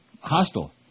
Hostel